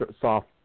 soft